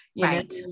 Right